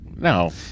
No